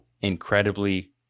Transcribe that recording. incredibly